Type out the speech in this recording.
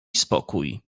spokój